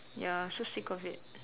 ya so sick of it